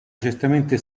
certamente